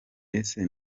ese